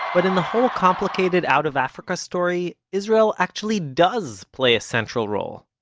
but in the whole complicated out of africa story israel actually does play a central role.